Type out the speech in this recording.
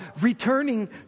returning